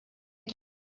you